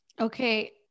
Okay